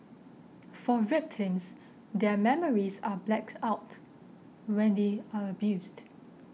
for victims their memories are blacked out when they are abused